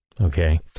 okay